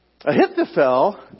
Ahithophel